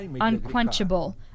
unquenchable